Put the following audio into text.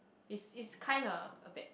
it's it's kinda a bad thing